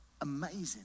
amazing